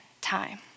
time